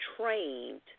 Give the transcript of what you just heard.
trained